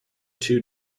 two